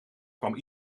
kwam